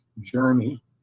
journey